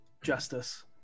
justice